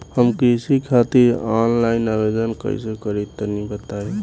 हम कृषि खातिर आनलाइन आवेदन कइसे करि तनि बताई?